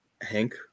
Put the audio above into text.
Hank